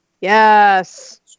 Yes